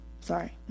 Sorry